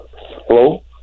Hello